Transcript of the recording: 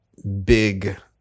big